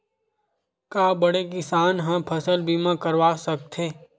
का बड़े किसान ह फसल बीमा करवा सकथे?